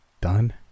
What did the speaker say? done